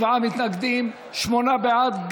87 מתנגדים, שמונה בעד.